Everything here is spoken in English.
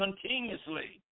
continuously